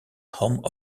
home